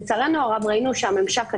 לצערנו הרב, ראינו שהממשק עצמו,